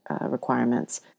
requirements